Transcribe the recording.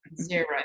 zero